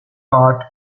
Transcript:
part